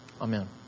Amen